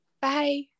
bye